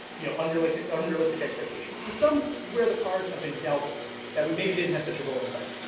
you know, unrealistic unrealistic expectations and some where the cards have been dealt that we maybe didn't have such a role in play.